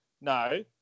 no